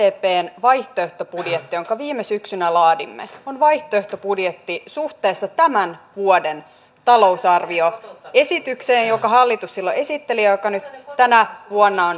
sdpn vaihtoehtobudjetti jonka viime syksynä laadimme on vaihtoehtobudjetti suhteessa tämän vuoden talousarvioesitykseen jonka hallitus silloin esitteli ja joka nyt tänä vuonna on talousarvio